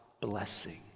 blessing